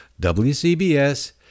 WCBS